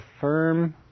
firm